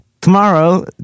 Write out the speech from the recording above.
Tomorrow